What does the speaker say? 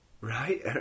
Right